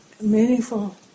meaningful